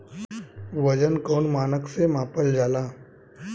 वजन कौन मानक से मापल जाला?